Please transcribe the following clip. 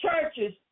churches